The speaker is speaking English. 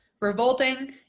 Revolting